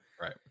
Right